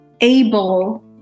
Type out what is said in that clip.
able